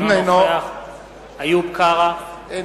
אינו נוכח איוב קרא,